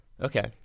Okay